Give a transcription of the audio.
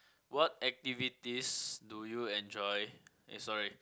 what activities do you enjoy eh sorry